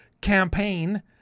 campaign